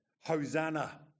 Hosanna